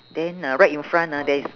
then uh right in front ah there's